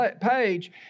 page